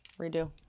Redo